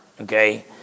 Okay